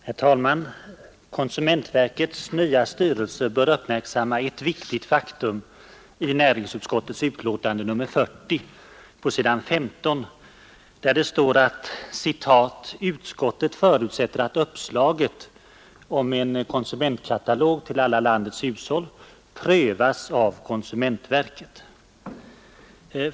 Herr talman! Konsumentverkets nya styrelse bör uppmärksamma ett viktigt faktum i näringsutskottets betänkande nr 40, på s. 15, där det står att ”utskottet förutsätter att uppslaget” — om en konsumentkatalog till alla landets hushåll — ”prövas av konsumentverket”.